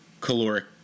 caloric